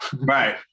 Right